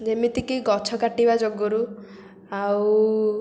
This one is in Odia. ତେଣୁ ଯେମିତିକି ଗଛ କାଟିବା ଯୋଗୁରୁ ଆଉ